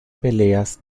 peleas